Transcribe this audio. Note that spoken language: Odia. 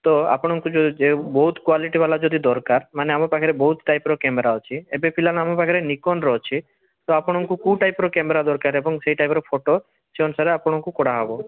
ତ ଆପଣଙ୍କୁ ଯେଉଁ ବହୁତ କ୍ୱାଲିଟି ଵାଲା ଯଦି ଦରକାର ମାନେ ଆମ ପାଖରେ ବହୁତ ଟାଇପ୍ର କ୍ୟାମେରା ଅଛି ଏବେ ଫିଲାଲ୍ ଆମ ପାଖରେ ନିକନର ଅଛି ତ ଆପଣଙ୍କୁ କୋଉ ଟାଇପ୍ର କ୍ୟାମେରା ଦରକାର ଏବଂ ସେଇ ଟାଇପ୍ର ଫୋଟୋ ସେଇ ଅନୁସାରେ ଆପଣଙ୍କୁ କଢ଼ା ହେବ